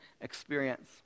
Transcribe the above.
experience